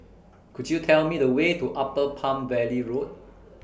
Could YOU Tell Me The Way to Upper Palm Valley Road